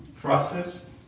process